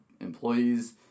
employees